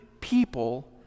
people